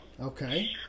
Okay